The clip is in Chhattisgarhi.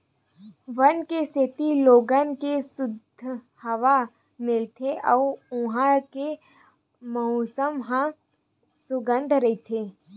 वन के सेती लोगन ल सुद्ध हवा मिलथे अउ उहां के मउसम ह सुग्घर रहिथे